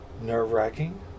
nerve-wracking